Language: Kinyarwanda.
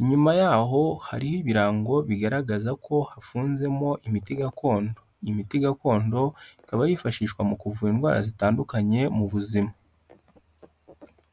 inyuma yaho hariho ibirango bigaragaza ko hafunzemo imiti gakondo. Imiti gakondo ikaba yifashishwa mu kuvura indwara zitandukanye mu buzima.